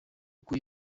kuko